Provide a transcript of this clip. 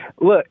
look